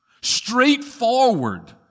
straightforward